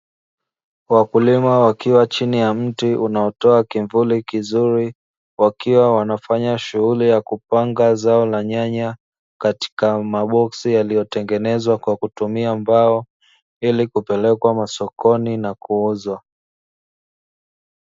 Wakulima wakiwa chini ya mti unaotoa kimvuli kizuri, wakiwa wanafanya shughuli ya kupanga zao la nyanya katika maboksi yaliyotengenezwa kwa kutumia mbao ili kupelekwa sokoni na kuuzwa.